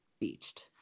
beached